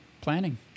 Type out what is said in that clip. Planning